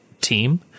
team